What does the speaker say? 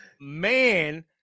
man